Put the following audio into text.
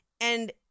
And-